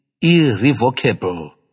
irrevocable